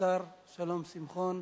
השר שלום שמחון.